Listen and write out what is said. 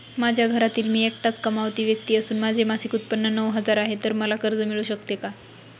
माझ्या घरातील मी एकटाच कमावती व्यक्ती असून माझे मासिक उत्त्पन्न नऊ हजार आहे, तर मला कर्ज मिळू शकते का?